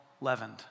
leavened